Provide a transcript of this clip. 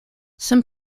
some